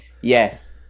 Yes